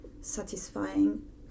satisfying